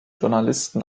journalisten